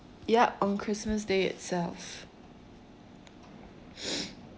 yup on christmas day itself